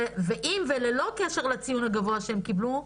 ואם וללא קשר לציון הגבוה שהם קיבלו,